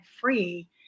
free